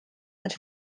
met